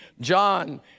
John